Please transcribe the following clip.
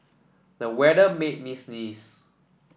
the weather made me sneeze